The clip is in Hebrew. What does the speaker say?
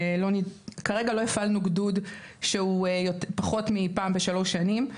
כרגע לא הפעלנו גדוד שהוא פחות מפעם בשלוש שנים.